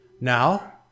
Now